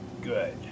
Good